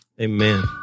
Amen